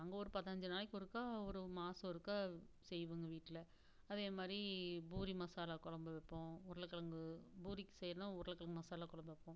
நாங்கள் ஒரு பதினஞ்சு நாளுக்கு ஒருக்கா ஒரு மாதம் ஒருக்கா செய்வங்க வீட்டில் அதேமாதிரி பூரி மசாலா குழம்பு வைப்போம் உருளைக்கிழங்கு பூரிக்கு செய்கிறதுன்னா உருளைக்கிழங்கு மசாலா குழம்பு வைப்போம்